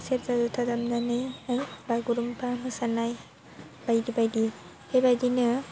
सेरजा जथा दामनानै बागुरुमबा मोसानाय बायदि बायदि बेबायदिनो